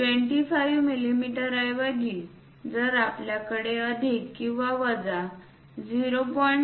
25 मिमी ऐवजी जर आपल्याकडे अधिक किंवा वजा 0